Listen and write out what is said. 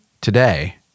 today